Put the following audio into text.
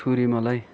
छुरी मलाई